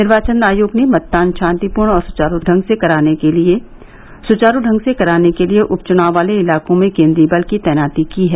निर्वाचन आयोग ने मतदान शांतिपूर्ण और सुचारू ढंग से कराने के लिए उपचुनाव वाले इलाकों में केंद्रीय बल की तैनाती की है